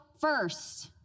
first